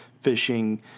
fishing